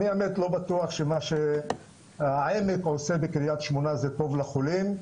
אני האמת לא בטוח שמה שהעמק עושה בקריית שמונה זה טוב לחולים,